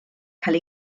cael